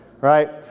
right